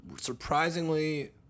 surprisingly